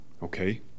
okay